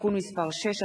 (תיקון מס' 6),